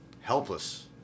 helpless